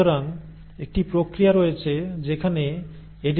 সুতরাং একটি প্রক্রিয়া রয়েছে যেখানে এডিটিং হয়